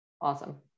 awesome